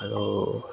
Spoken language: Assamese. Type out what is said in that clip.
আৰু